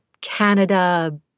Canada